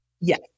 Yes